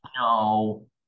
No